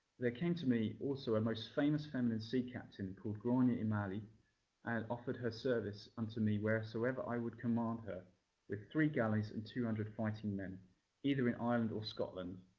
there came to me also a famous feminine sea captain called grany imallye and offered her service unto me wheresoever i would command her with three galleys and two hundred fighting men either in ireland or scotland.